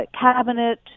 cabinet